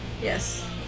Yes